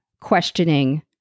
questioning